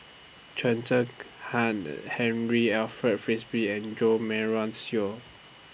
Chen Zekhan Henri Alfred Frisby and Jo Marion Seow